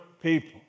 people